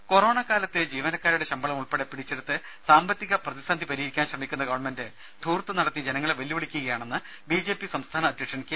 രുമ കൊറോണക്കാലത്ത് ജീവനക്കാരുടെ ശമ്പളമുൾപ്പടെ പിടിച്ചെടുത്ത് സാമ്പത്തിക പ്രതിസന്ധി പരിഹരിക്കാൻ ശ്രമിക്കുന്ന ഗവൺമെന്റ് വെല്ലുവിളിക്കുകയാണെന്ന് ബിജെപി സംസ്ഥാന അധ്യക്ഷൻ കെ